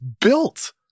built